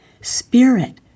Spirit